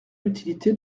l’utilité